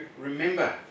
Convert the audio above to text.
remember